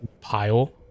pile